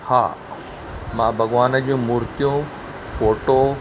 हा मां भॻवान जूं मूर्तियूं फ़ोटो